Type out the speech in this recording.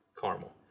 caramel